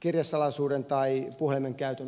kirjesalaisuuden tai puhelimen käytön osalta